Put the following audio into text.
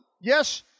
yes